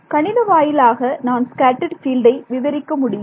கணித வாயிலாக நான் ஸ்கேட்டர்ட் ஃபீல்டை விவரிக்க முடியும்